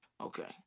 Okay